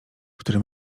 który